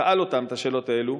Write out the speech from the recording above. שאל אותם את השאלות האלה,